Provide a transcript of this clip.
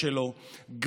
חוסכים בכל דבר,